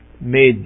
made